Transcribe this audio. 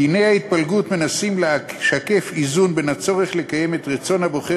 דיני ההתפלגות מנסים לשקף איזון בין הצורך לקיים את רצון הבוחר,